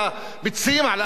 העלאת מחיר העוף,